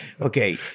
okay